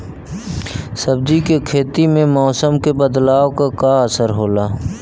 सब्जी के खेती में मौसम के बदलाव क का असर होला?